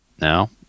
Now